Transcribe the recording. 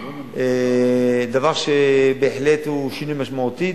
דבר שהוא שינוי משמעותי.